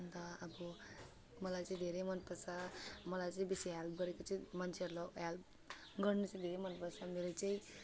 अन्त अब मलाई चाहिँ धेरै मन पर्छ मलाई चाहिँ बेसी हेल्प गरेको चाहिँ मान्छेलाई हेल्प गर्नुको लागि मन पर्छ धेरै चाहिँ